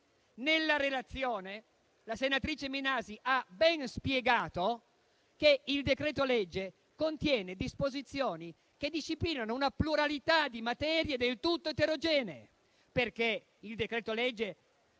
fa dalla senatrice Minasi, la quale ha ben spiegato che il decreto-legge contiene disposizioni che disciplinano una pluralità di materie del tutto eterogenee. Il decreto-legge,